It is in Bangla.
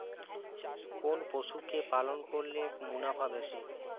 কোন পশু কে পালন করলে মুনাফা বেশি?